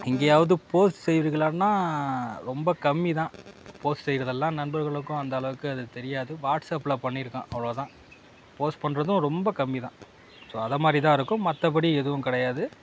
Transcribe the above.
எங்கேயாவது போஸ்ட் செய்வீர்களானா ரொம்ப கம்மிதான் போஸ்ட் செய்கிறதெல்லாம் நண்பர்களுக்கும் அந்த அளவுக்கு அது தெரியாது வாட்ஸப்பில் பண்ணியிருக்கேன் அவ்வளோ தான் போஸ்ட் பண்ணுறதும் ரொம்ப கம்மி தான் ஸோ அதை மாதிரி தான் இருக்கும் மற்றபடி எதுவும் கிடையாது